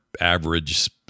Average